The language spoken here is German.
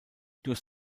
durch